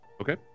Okay